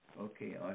okay